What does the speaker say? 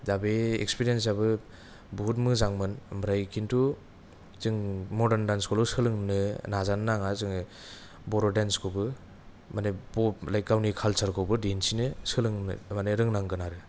दा बे एक्सपिरेनस आबो बहुत मोजांमोन ओमफ्राय खिन्थु जों मदार्न दान्स सोलोंनो नाजानो नाङा जोङो बर' दान्सखौबो माने लाएक गावनि खालसारखौबो दिन्थिनो सोलोंनो मानि रोंनांगोन आरो